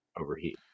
overheat